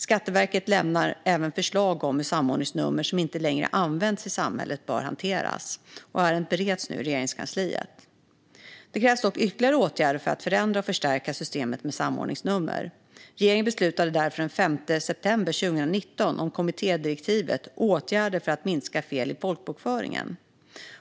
Skatteverket lämnar även förslag om hur samordningsnummer som inte längre används i samhället bör hanteras. Ärendet bereds nu inom Regeringskansliet. Det krävs dock ytterligare åtgärder för att förändra och förstärka systemet med samordningsnummer. Regeringen beslutade därför den 5 september 2019 om kommittédirektivet Åtgärder för att minska fel i folkbokföringen .